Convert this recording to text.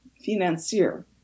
financier